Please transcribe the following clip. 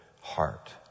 heart